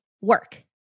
work